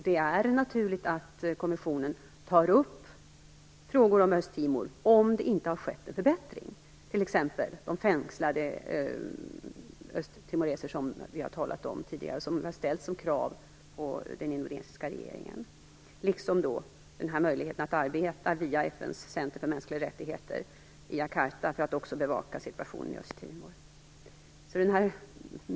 Det är då naturligt att kommissionen tar upp frågor om Östtimor, om det inte har skett en förbättring. Det gäller t.ex. de fängslade östtimoreser som vi har talat om tidigare och som vi har ställt krav om hos den indonesiska regeringen, liksom möjligheten att arbeta via FN:s center för mänskliga rättigheter i Jakarta för att också bevaka situationen i Östtimor.